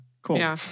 Cool